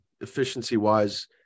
efficiency-wise